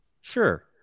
Sure